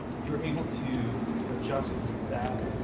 you're able to adjust that